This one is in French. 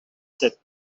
sept